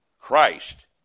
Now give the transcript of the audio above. Christ